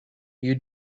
you